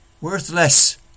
worthless